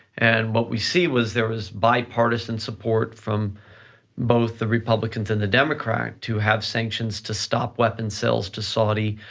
and what we see was there was bipartisan support from both the republicans and the democrats to have sanctions to stop weapon sales to saudi,